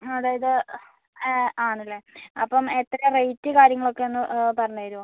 അതായത് ആണല്ലേ അപ്പം എത്ര റേറ്റ് കാര്യങ്ങളൊക്കെ ഒന്ന് പറഞുതരുവോ